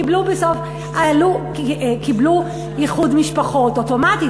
קיבלו איחוד משפחות אוטומטית.